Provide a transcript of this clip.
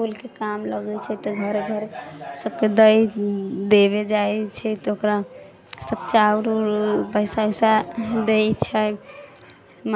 फूलके काम लगै छै तऽ घरे घर सबकेँ दै देवे जाइ छै तऽ ओकरा सब चाउर उर पैसा उइसा दै छै